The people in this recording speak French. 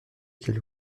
qu’elle